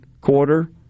quarter